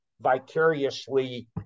vicariously